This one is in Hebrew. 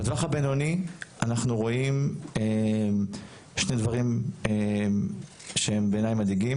בטווח הבינוני אנחנו רואים שני דברים שהם בעיני מדאיגים,